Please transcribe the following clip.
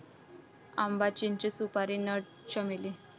आंबा, चिंचे, सुपारी नट, चमेली